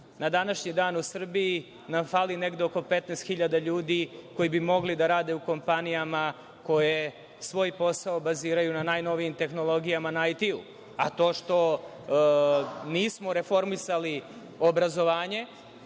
na današnji dan u Srbiji nam fali negde oko 15 hiljada ljudi koji bi mogli da rade u kompanijama koje svoj posao baziraju na najnovijim tehnologijama na IT.A, to što nismo reformisali obrazovanje,